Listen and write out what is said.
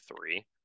three